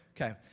Okay